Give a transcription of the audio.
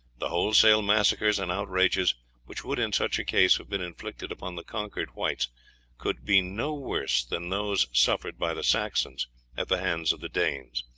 the wholesale massacres and outrages which would in such a case have been inflicted upon the conquered whites could be no worse than those suffered by the saxons at the hands of the danes.